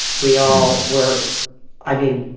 we all were i mean,